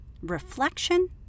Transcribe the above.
reflection